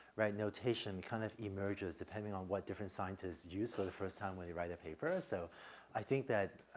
right, notation kind of emerges depending on what different scientists use for the first time when you write a paper. so i think that,